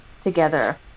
together